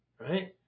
Right